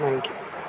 thank you